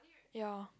ya